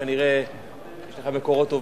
כנראה יש לך מקורות טובים.